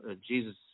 jesus